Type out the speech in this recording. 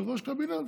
וראש קבינט,